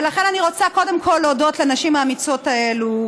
ולכן אני רוצה קודם כול להודות לנשים האמיצות האלה,